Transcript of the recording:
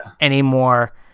anymore